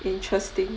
interesting